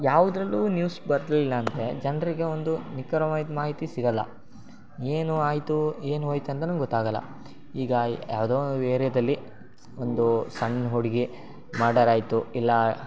ಯಾವುದ್ರಲ್ಲೂ news ಬರಲಿಲ್ಲ ಅಂದರೆ ಜನರಿಗೆ ಒಂದು ನಿಖರವಾಗಿದ್ದು ಮಾಹಿತಿ ಸಿಗಲ್ಲ ಏನು ಆಯಿತು ಏನು ಹೋಯ್ತು ಅಂತನು ಗೊತ್ತಾಗಲ್ಲ ಈಗ ಯಾವುದೋ ಏರ್ಯಾದಲ್ಲಿ ಒಂದು ಸಣ್ಣ ಹುಡುಗಿ ಮರ್ಡರ್ ಆಯಿತು ಇಲ್ಲ